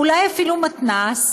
אולי אפילו מתנ"ס,